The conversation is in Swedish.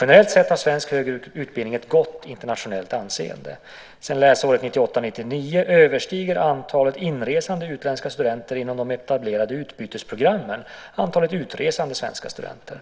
Generellt sett har svensk högre utbildning ett gott internationellt anseende. Sedan läsåret 1998/99 överstiger antalet inresande utländska studenter inom de etablerade utbytesprogrammen antalet utresande svenska studenter.